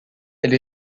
elle